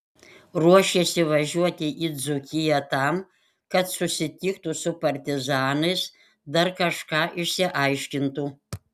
ruošėsi važiuoti į dzūkiją tam kad susitiktų su partizanais dar kažką išsiaiškintų